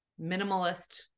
minimalist